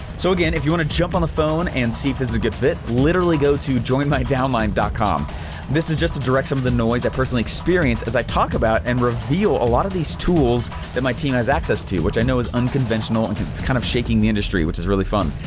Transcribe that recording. so again, if you want to jump on the phone and see if it's a good fit, literally go to joinmydownline dot com this is just to direct some of the noise i personally experience as i talk about and reveal a lot of these tools that my team has access to, which i know is unconventional and it's kind of shaking the industry, which is really fun.